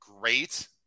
great